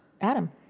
Adam